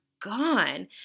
gone